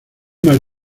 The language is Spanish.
mal